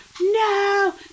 no